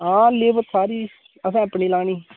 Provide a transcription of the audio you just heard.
हां लेबर सारी असें अपनी लानी